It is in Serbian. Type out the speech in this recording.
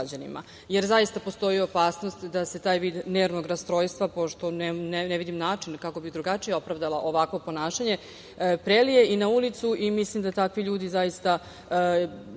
jer zaista postoji opasnost da se taj vid nervnog rastrojstva, pošto ne vidim način kako bih drugačije opravdala ovakvo ponašanje, prelije i na ulicu. Mislim da takvi ljudi, zaista,